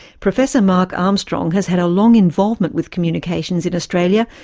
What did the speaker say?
professor mark armstrong has had a long involvement with communications in australia,